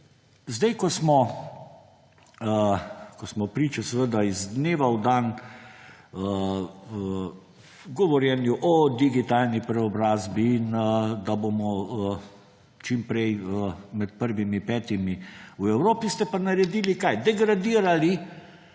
uzdaj, ko smo priče iz dneva v dan govorjenju o digitalni preobrazbi in da bomo čim prej med prvimi petimi, v Evropi ste pa naredili - kaj – degradirali